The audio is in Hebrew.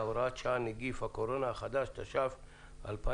(הוראת שעה, נגיף הקורונה החדש), התש"ף-2020.